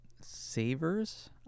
Savers